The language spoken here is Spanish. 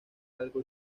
algo